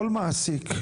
כל מעסיק,